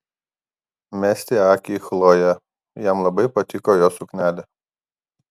mesti akį į chlojė jam labai patiko jos suknelė